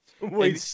Wait